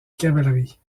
cavalerie